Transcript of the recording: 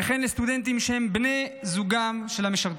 וכן לסטודנטים שהם בני זוגם של משרתים.